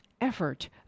effort